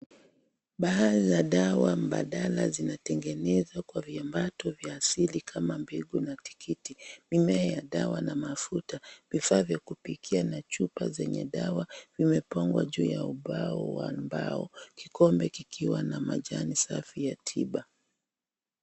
Baadhi ya dawa mbadala zinatengenezwa kwa viambato vya asili kama mbegu na tikiti, mimea ya dawa na amfuta, vifaa vya kupikia na chupa zenye dawa zimepangwa juu ya ubao wa mbao, kikombe kikiwa na majani safi ya tiba.